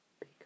Big